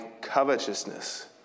covetousness